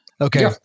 Okay